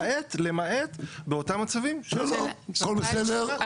בכלל למעט באותם מצבים --- הכל בסדר?